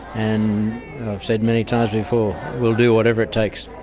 and i've said many times before, we'll do whatever it takes.